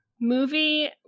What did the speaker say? movie